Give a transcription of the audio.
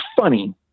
funny